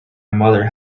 mother